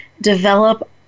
develop